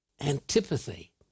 antipathy